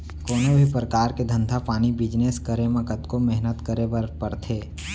कोनों भी परकार के धंधा पानी बिजनेस करे म कतको मेहनत करे बर परथे